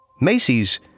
Macy's